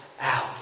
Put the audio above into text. out